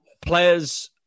players